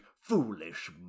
foolish